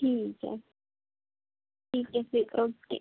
ठीक ऐ ठीक ऐ फिर ओके